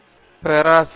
பேராசிரியர் எஸ்